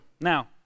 now